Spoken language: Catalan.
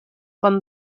com